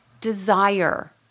desire